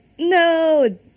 No